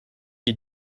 you